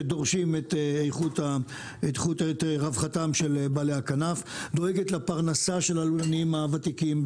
שדורשים את רווחתם של בעלי הכנף; והיא דואגת לפרנסת הלולנים הוותיקים,